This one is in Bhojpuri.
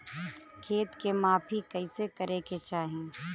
खेत के माफ़ी कईसे करें के चाही?